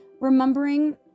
remembering